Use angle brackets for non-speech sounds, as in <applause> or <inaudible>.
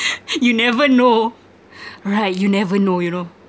<laughs> you never know <laughs> right you never know you know